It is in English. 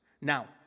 Now